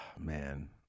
man